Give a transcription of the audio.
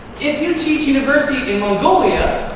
if you teach university in mongolia,